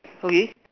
okay